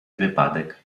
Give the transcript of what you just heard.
wypadek